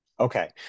Okay